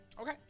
Okay